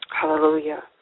Hallelujah